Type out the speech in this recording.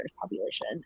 population